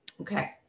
Okay